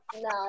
no